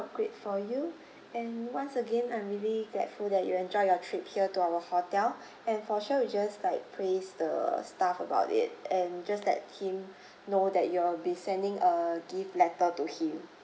upgrade for you and once again I'm really gladful that you enjoy your trip here to our hotel and for sure we'll just like praise the staff about it and just let him know that you will be sending a gift letter to him